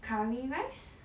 curry rice